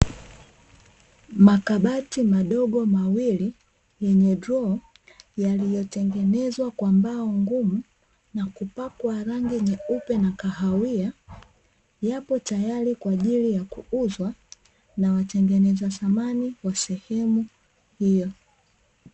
Makabati madogo mawili yenye droo, yaliyotengenezwa kwa mbao ngumu, na kupakwa rangi nyeupe na kahawia, yapo tayari kwa ajili ya kuuzwa, na watengeneza samani wa sehemu hiyo.